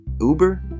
Uber